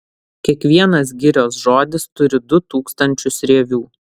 kiekvienas girios žodis turi du tūkstančius rievių